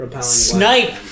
snipe